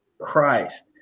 Christ